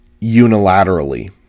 unilaterally